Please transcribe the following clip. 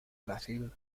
brasil